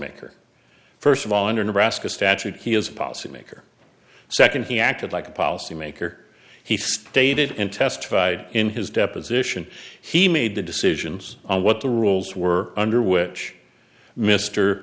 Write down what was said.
maker first of all under nebraska statute he is a policymaker second he acted like a policymaker he stated in testified in his deposition he made the decisions on what the rules were under which m